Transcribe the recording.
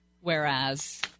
Whereas